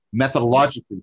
methodologically